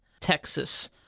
Texas